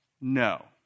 No